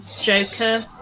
Joker